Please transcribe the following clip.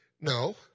no